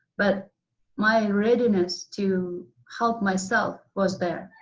but my readiness to help myself was there.